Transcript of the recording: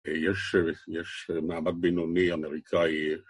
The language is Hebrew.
יש, יש, מעמד בינוני, אמריקאי.